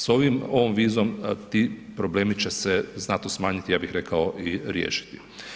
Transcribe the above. S ovom vizom ti problemi će se znatno smanjiti, ja bih rekao i riješiti.